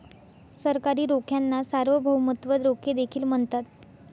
सरकारी रोख्यांना सार्वभौमत्व रोखे देखील म्हणतात